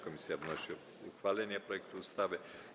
Komisja wnosi o uchwalenie projektu ustawy.